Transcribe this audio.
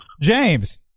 James